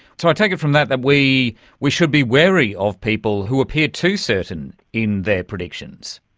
so i take it from that that we we should be wary of people who appear too certain in their predictions.